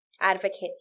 advocates